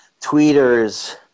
tweeters